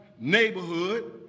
neighborhood